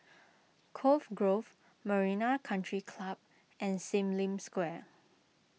Cove Grove Marina Country Club and Sim Lim Square